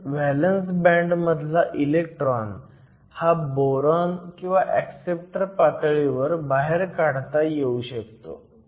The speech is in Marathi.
म्हणून व्हॅलंस बँड मधला इलेक्ट्रॉन हा बोरॉन किंवा ऍक्सेप्टर पातळीवर बाहेर काढता येऊ शकतो